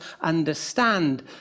understand